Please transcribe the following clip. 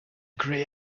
grey